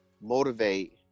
Motivate